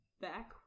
back